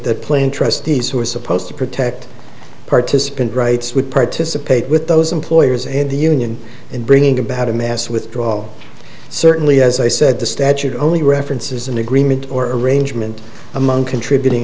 the plane trustees who were supposed to protect participant rights would participate with those employers and the union in bringing about a mass withdrawal certainly as i said the statute only references an agreement or arrangement among contributing